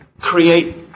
create